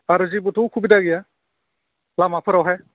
आरो जेबोथ' उसुबिदा गैया लामाफोरावहाय